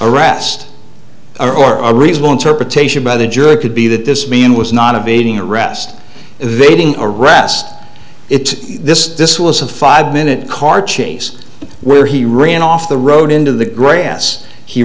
arrest or or a reasonable interpretation by the judge could be that this being was not a beating arrest evading arrest it's this this was a five minute car chase where he ran off the road into the grass he